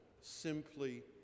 simply